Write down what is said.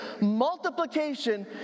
multiplication